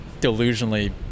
delusionally